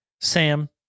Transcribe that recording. Sam